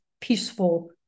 peaceful